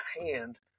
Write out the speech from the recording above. hand